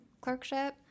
clerkship